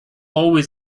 always